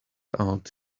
out